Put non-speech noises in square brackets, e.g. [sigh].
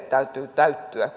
[unintelligible] täytyy täyttyä [unintelligible]